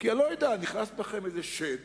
כי אני לא יודע, נכנס בכם איזה שד